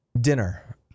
Dinner